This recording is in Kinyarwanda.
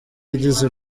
yagize